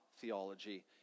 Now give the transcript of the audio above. theology